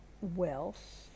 wealth